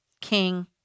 King